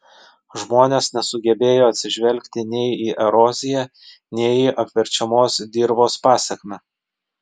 žmonės nesugebėjo atsižvelgti nei į eroziją nei į apverčiamos dirvos pasekmę